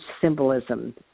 symbolism